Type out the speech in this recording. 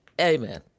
amen